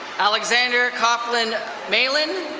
alexander kauflin malan.